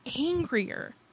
angrier